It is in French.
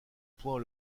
point